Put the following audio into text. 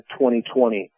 2020